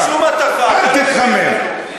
אל תתחמם.